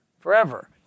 Forever